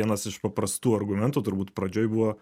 vienas iš paprastų argumentų turbūt pradžioj buvo